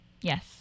Yes